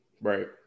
Right